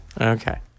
okay